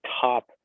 top